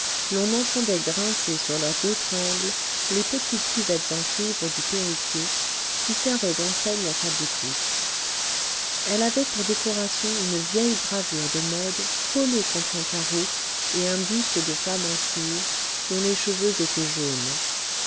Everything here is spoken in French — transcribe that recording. l'on entendait grincer sur leurs deux tringles les petites cuvettes en cuivre du perruquier qui servaient d'enseigne à sa boutique elle avait pour décoration une vieille gravure de modes collée contre un carreau et un buste de femme en cire dont les cheveux étaient jaunes